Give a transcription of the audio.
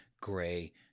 gray